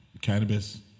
cannabis